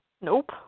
Nope